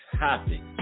topic